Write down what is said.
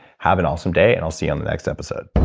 have an awesome day and i'll see on the next episode